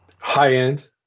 High-end